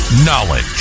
Knowledge